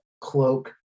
cloak